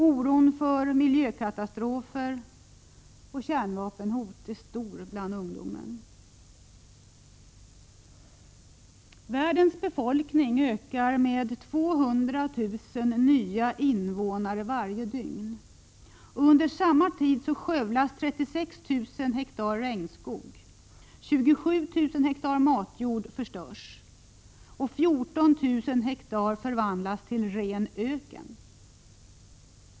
Oron för miljökatastrofer och kärnvapenhot är stor bland ungdomen. Världens befolkning ökar med 200 000 nya invånare varje dygn. Under samma tid skövlas 36 000 hektar regnskog. 27 000 hektar matjord förstörs och 14 000 hektar förvandlas till ren öken.